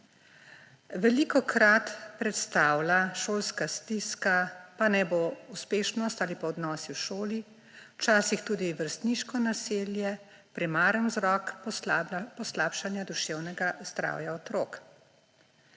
Velikokrat predstavlja šolska stiska, pa naj bo uspešnost ali odnosi v šoli, včasih tudi vrstniško nasilje, primaren vzrok poslabšanja duševnega zdravja otrok.